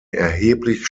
erheblich